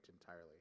entirely